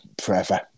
forever